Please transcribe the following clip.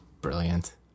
brilliant